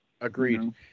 Agreed